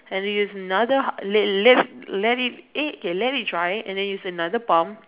and then use another half let let let it eh okay let it dry and then use another pump